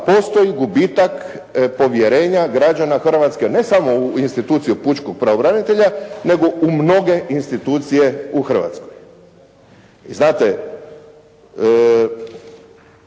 postoji gubitak povjerenja građana Hrvatske ne samo u instituciju pučkog pravobranitelja, nego u mnoge institucije u Hrvatskoj. Znate,